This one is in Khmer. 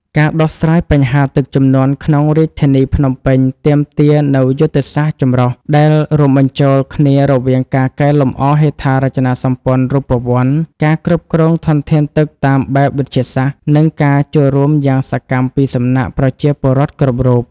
ការដោះស្រាយបញ្ហាទឹកជំនន់ក្នុងរាជធានីភ្នំពេញ ទាមទារនូវយុទ្ធសាស្ត្រចម្រុះ ដែលរួមបញ្ចូលគ្នារវាងការកែលម្អហេដ្ឋារចនាសម្ព័ន្ធរូបវន្ត ការគ្រប់គ្រងធនធានទឹកតាមបែបវិទ្យាសាស្ត្រ និងការចូលរួមយ៉ាងសកម្មពីសំណាក់ប្រជាពលរដ្ឋគ្រប់រូប។